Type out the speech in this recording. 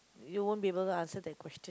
you won't be able to answer that question